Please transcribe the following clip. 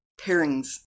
pairings